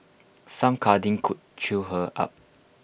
some cuddling could cheer her up